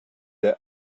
the